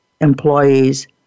employees